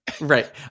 Right